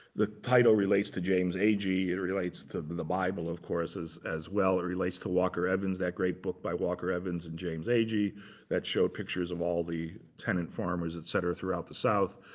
the title relates to james agee. it relates to the bible, of course, as as well. it relates to walker evans, that great book by walker evans and james agee that showed pictures of all the tenant farmers, et cetera, throughout the south.